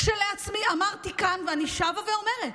כשלעצמי, אמרתי כאן ואני שבה ואומרת: